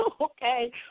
Okay